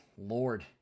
lord